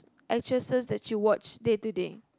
actresses that you watch day to day